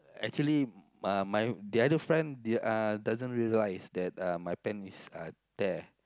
actually uh my the other friend the uh doesn't realize that uh my pants is uh tear